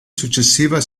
successiva